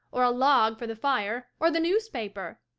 or a log for the fire, or the newspaper!